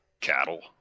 cattle